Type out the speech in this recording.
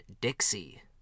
Dixie